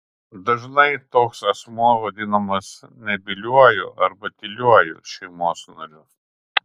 dažnai toks asmuo vadinamas nebyliuoju arba tyliuoju šeimos nariu